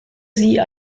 sie